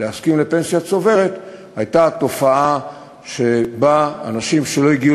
להסכים לפנסיה צוברת היה תופעה שבה אנשים שלא הגיעו